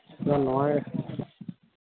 ᱦᱮᱸ ᱱᱚᱣᱟ ᱜᱮ